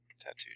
Tattooed